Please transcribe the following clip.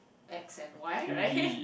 X and Y right